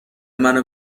منو